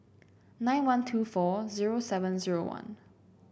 nine one two four zero seven zero one